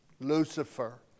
Lucifer